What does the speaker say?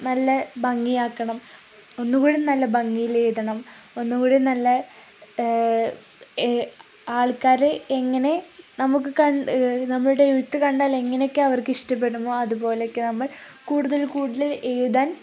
നല്ല ഭംഗിയാക്കണം ഒന്നുകൂടി നല്ല ഭംഗിയിലെഴുതണം ഒന്നുകൂടി നല്ല ആൾക്കാര് എങ്ങനെ നമുക്കു നമ്മളുടെ എഴുത്തു കണ്ടാൽ എങ്ങനെയൊക്കെ അവര്ക്കിഷ്ടപ്പെടുമോ അതുപോലെയൊക്കെ നമ്മൾ കൂടുതൽ കൂടുതല് എഴുതാൻ